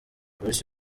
polisi